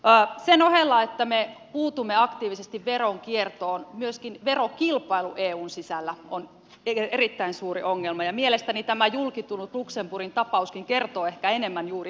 sen ohella että me puutumme aktiivisesti veronkiertoon myöskin verokilpailu eun sisällä on erittäin suuri ongelma ja mielestäni tämä julki tullut luxemburgin tapauskin kertoo ehkä enemmän juuri siitä